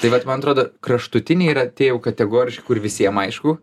tai vat man atrodo kraštutiniai yra tie jau kategoriški kur visiem aišku